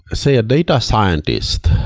say, a data scientist